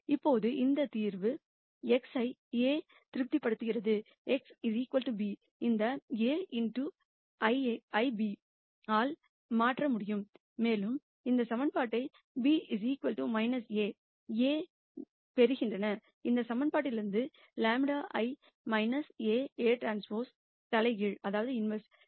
இப்போது எந்த தீர்வும் xஐ A திருப்திப்படுத்துகிறது x b இந்த A x ஐ b ஆல் மாற்ற முடியும் மேலும் இந்த சமன்பாட்டை b A Aᵀ λ இந்த சமன்பாட்டிலிருந்து λ ஐ A Aᵀ இன்வேர்ஸ் b